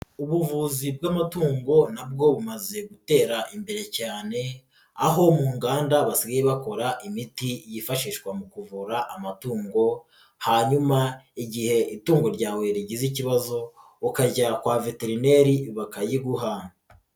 Ubuvuzi bw'amatungo nabwo bumaze gutera imbere cyane, aho mu nganda basigaye bakora imiti yifashishwa mu kuvura amatungo, hanyuma igihe itungo ryaweye rigize ikibazo ukajya kwa veterineri bakayiguha.